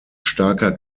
starker